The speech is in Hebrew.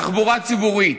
תחבורה ציבורית,